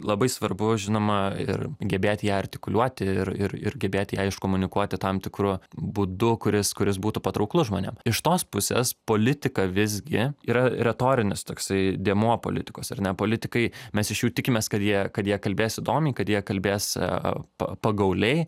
labai svarbu žinoma ir gebėt ją artikuliuoti ir ir ir gebėti ją iškomunikuoti tam tikru būdu kuris kuris būtų patrauklus žmonėm iš tos pusės politika visgi yra retorinis toksai dėmuo politikos ar ne politikai mes iš jų tikimės kad jie kad jie kalbės įdomiai kad jie kalbės a pa pagauliai